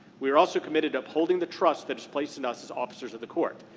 we are also committed to upholding the truth that is placed in us as officers of the court.